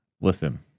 Listen